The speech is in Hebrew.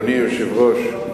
אדוני היושב-ראש,